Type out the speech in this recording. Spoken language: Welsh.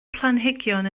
planhigion